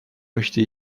möchte